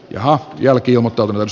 ja jälki mutta myös